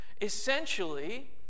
Essentially